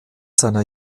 seiner